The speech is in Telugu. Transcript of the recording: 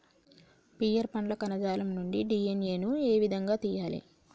పియర్ పండ్ల కణజాలం నుండి డి.ఎన్.ఎ ను ఏ విధంగా తియ్యాలి?